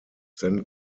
then